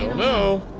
know.